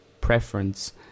preference